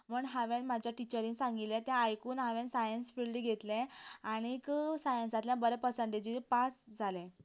म्हूण हावें म्हज्या टिचेरीन सांगिल्लें तें आयकून हांवें सायंस फिल्ड घेतलें आनी सायंसांतल्यान बरें पर्सेंटेजींत पास जालें